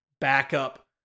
backup